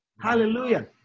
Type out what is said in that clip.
Hallelujah